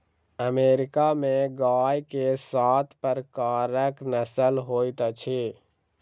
America में गाय के सात प्रकारक नस्ल होइत अछि